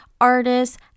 artists